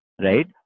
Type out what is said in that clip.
right